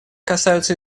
касаются